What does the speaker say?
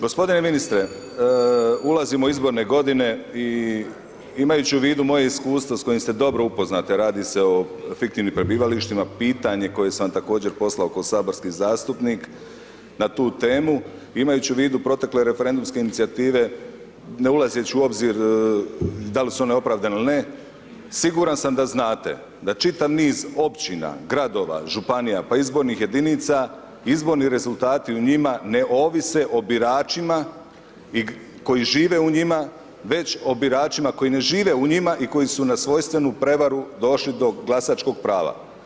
G. ministre, ulazimo u izborne godine i imajući u vodu moja iskustva s kojima ste dobro upoznati, a radi se o fiktivnim prebivalištima, pitanje koje sam također poslao kao saborski zastupnik na tu temu, imajući u vidu protekle referendumske inicijative, ne ulazeći u obzir dal' su one opravdane ili ne, siguran sam da znate da čitav niz općina, gradova, županija pa i izbornih jedinica, izborni rezultati u njima ne ovise o biračima koji žive u njima već o biračima koji ne žive u njima i koji su na svojstvenu prevaru došli do glasačkog prava.